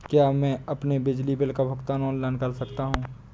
क्या मैं अपने बिजली बिल का भुगतान ऑनलाइन कर सकता हूँ?